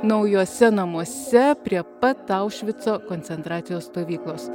naujuose namuose prie pat aušvico koncentracijos stovyklos